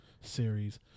series